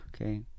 okay